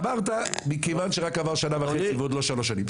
אמרת מכיוון שרק עברה שנה וחצי ועוד לא שלוש שנים.